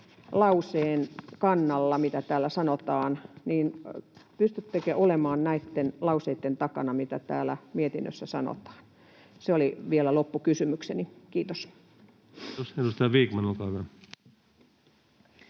lauseen kannalla, mitä täällä sanotaan, pystyttekö olemaan näitten lauseitten takana, mitä täällä mietinnössä sanotaan? Se oli vielä loppukysymykseni. — Kiitos. Kiitos. — Edustaja Vikman, olkaa hyvä.